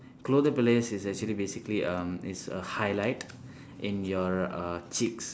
is actually basically um is a highlight in your uh cheeks